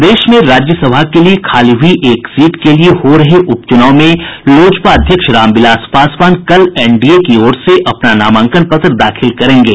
प्रदेश में राज्यसभा के लिए खाली हुई एक सीट के लिए हो रहे उपच्रनाव में लोजपा अध्यक्ष रामविलास पासवान कल एनडीए की ओर से अपना नामांकन पत्र दाखिल करेंगे